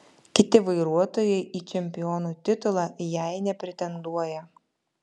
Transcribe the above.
kiti vairuotojai į čempionų titulą jei nepretenduoja